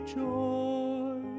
joy